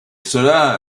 cela